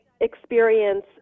experience